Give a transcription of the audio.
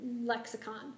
lexicon